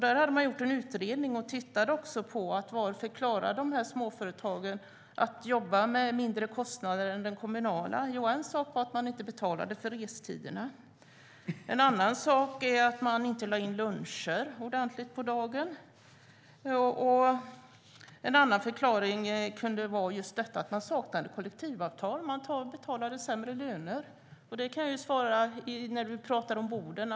Där gjorde man en utredning som bland annat tittade på varför de små företagen klarade att jobba med mindre kostnader än den kommunala. En förklaring var att de inte betalade för restiderna. En annan var att de inte lade in ordentliga lunchraster. En tredje var att de saknade kollektivavtal. De betalade sämre löner. Det talades om Boden.